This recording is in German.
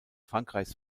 frankreichs